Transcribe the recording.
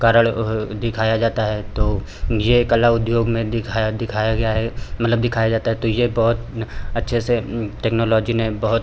कारण दिखाया जाता है तो ये कला उद्योग में दिखाया दिखाया गया है मतलब दिखाया जाता है तो ये बहुत अच्छे से टेक्नोलॉजी ने बहुत